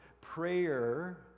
Prayer